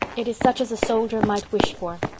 it is such as a soldier might wish for.